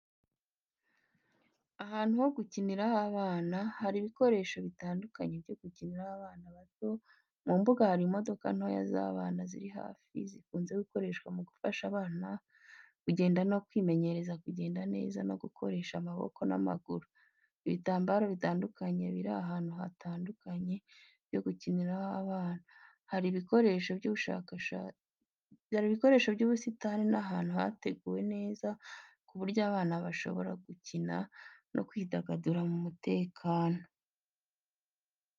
Ahantu ho gukiniraho abana, hari ibikoresho bitandukanye byo gukinira abana bato. Mu mbuga hari imodoka ntoya z'abana ziri hafi, zikunze gukoreshwa mu gufasha abana kugenda no kwimenyereza kugenda neza no gukoresha amaboko n’amaguru. Ibitambaro bitandukanye biri ahantu hatandukanye byo gukiniraho abana. Hari ibikoresho by'ubusitani n'ahantu hateguwe neza ku buryo abana bashobora gukina no kwidagadura mu mutekano.